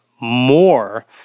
more